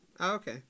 Okay